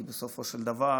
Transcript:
כי בסופו של דבר,